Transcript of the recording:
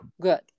Good